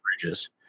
Bridges